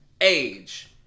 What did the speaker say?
Age